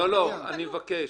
לא, אני מבקש.